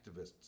activists